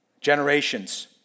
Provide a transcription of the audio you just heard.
generations